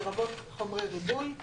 לרבות חומרי ריבוי;